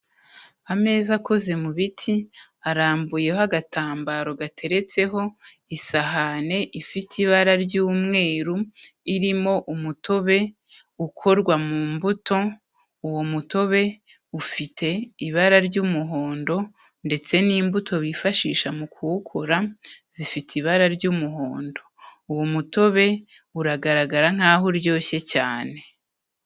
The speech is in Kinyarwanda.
Ameza akoze mu biti arambuyeho agatambaro gateretseho isahane ifite ibara ry'umweru irimo umutobe ukorwa mu mbuto, uwo mutobe ufite ibara ry'umuhondo ndetse n'imbuto bifashisha mu kuwukora zifite ibara ry'umuhondo, uwo mutobe uragaragara nkaho uryoshye cyane.